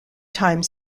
time